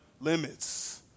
limits